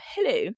hello